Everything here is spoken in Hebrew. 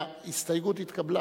ההסתייגות התקבלה.